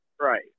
right